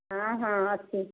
ହଁ ହଁ ଅଛି